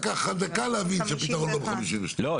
לקח לך דקה להבין שהפתרון הוא לא סעיף 52. לא.